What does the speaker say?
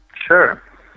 Sure